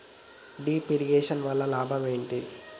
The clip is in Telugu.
డ్రిప్ ఇరిగేషన్ వల్ల లాభం ఏంటి?